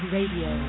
Radio